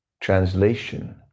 translation